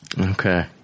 Okay